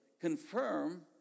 confirm